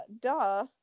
Duh